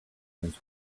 since